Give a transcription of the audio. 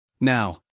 Now